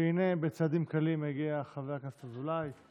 והינה בצעדים קלים הגיע חבר הכנסת אזולאי.